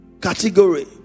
category